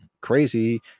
crazy